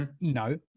No